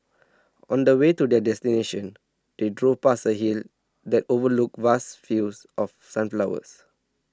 on the way to their destination they drove past a hill that overlooked vast fields of sunflowers